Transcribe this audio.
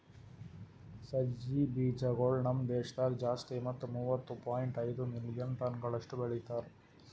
ಸಜ್ಜಿ ಬೀಜಗೊಳ್ ನಮ್ ದೇಶದಾಗ್ ಜಾಸ್ತಿ ಮತ್ತ ಮೂವತ್ತು ಪಾಯಿಂಟ್ ಐದು ಮಿಲಿಯನ್ ಟನಗೊಳಷ್ಟು ಬೆಳಿತಾರ್